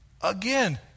Again